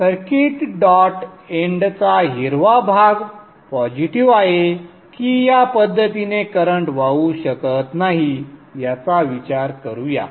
circuit dot एन्डचा हिरवा भाग पॉझिटिव्ह आहे की या पद्धतीने करंट वाहू शकत नाही याचा विचार करूया